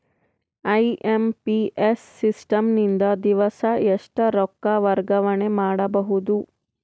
IMPS system ನಿಂದ ದಿವಸಾ ಎಷ್ಟ ರೊಕ್ಕ ವರ್ಗಾವಣೆ ಮಾಡಬಹುದು?